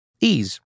Ease